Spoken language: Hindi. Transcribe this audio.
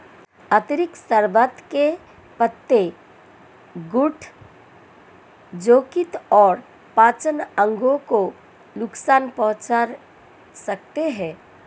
अतिरिक्त शर्बत के पत्ते गुर्दे, यकृत और पाचन अंगों को नुकसान पहुंचा सकते हैं